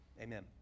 Amen